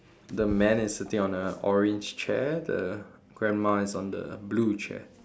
the man is sitting on a orange chair the grandma is on the blue chair